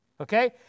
Okay